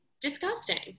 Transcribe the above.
disgusting